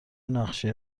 نقشه